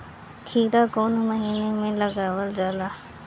खीरा कौन महीना में लगावल जाला?